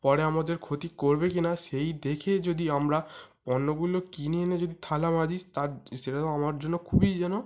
পরে আমাদের ক্ষতি করবে কিনা সেই দেখে যদি আমরা পণ্যগুলো কিনে এনে যদি থালা মাজি তার সেরকম আমার জন্য খুবই যেন